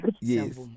Yes